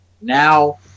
now